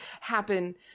happen